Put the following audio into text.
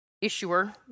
issuer